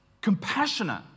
compassionate